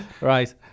Right